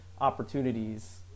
opportunities